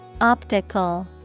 Optical